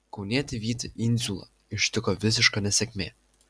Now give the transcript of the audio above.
kaunietį vytį indziulą ištiko visiška nesėkmė